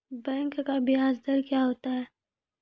Bank का ब्याज दर क्या होता हैं?